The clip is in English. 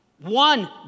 one